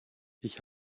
ich